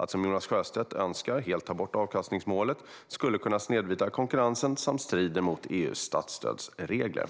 Att, som Jonas Sjöstedt önskar, helt ta bort avkastningsmålet skulle kunna snedvrida konkurrensen samt strider mot EU:s statsstödsregler.